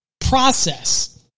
process